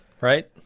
right